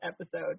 episode